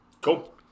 Cool